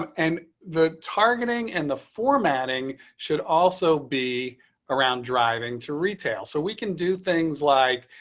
and the targeting and the formatting should also be around driving to retail so we can do things like,